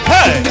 Hey